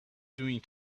doing